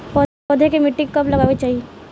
पौधा के मिट्टी में कब लगावे के चाहि?